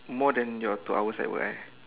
more than your two hours at work eh